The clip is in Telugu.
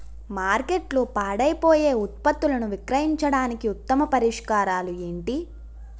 మార్కెట్లో పాడైపోయే ఉత్పత్తులను విక్రయించడానికి ఉత్తమ పరిష్కారాలు ఏంటి?